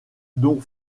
dont